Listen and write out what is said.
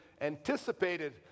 anticipated